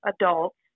adults